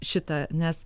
šitą nes